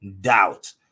doubt